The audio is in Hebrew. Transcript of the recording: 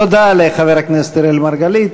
תודה לחבר הכנסת אראל מרגלית.